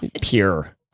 Pure